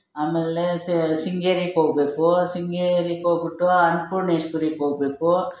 ಆಮೇಲೆ ಶೃಂಗೇರಿಗೆ ಹೋಗ್ಬೇಕು ಶೃಂಗೇರಿಗೆ ಹೋಗ್ಬಿಟ್ಟು ಅನ್ನಪೂರ್ಣೇಶ್ವರಿಗೆ ಹೋಗ್ಬೇಕು